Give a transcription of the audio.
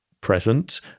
present